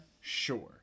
sure